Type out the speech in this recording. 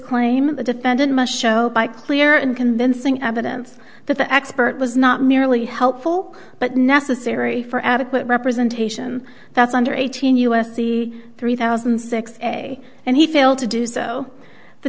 claim of the defendant must show by clear and convincing evidence that the expert was not merely helpful but necessary for adequate representation that's under eighteen u s c three thousand six a and he failed to do so the